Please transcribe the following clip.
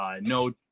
no